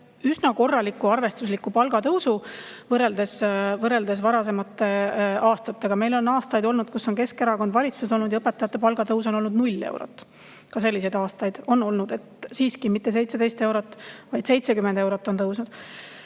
üsna korraliku, arvestatava palgatõusu võrreldes varasemate aastatega. Meil on olnud aastaid, kus Keskerakond valitsuses olnud ja õpetajate palga tõus on olnud null eurot. Ka selliseid aastaid on olnud. Siiski mitte 17 eurot, vaid 70 eurot on tõusnud. Teiseks,